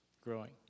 growing